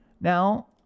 Now